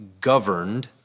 governed